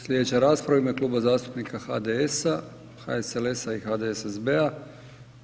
Slijedeća rasprava u ime Kluba zastupnika HDS-a, HSLS-a i HDSSB-a.